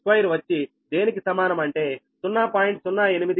052 వచ్చి దేనికి సమానం అంటే 0